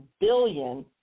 billion